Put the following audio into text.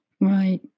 right